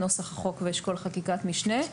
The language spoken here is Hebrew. נוסח החוק ואשכול חקיקת משנה.